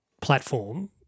platform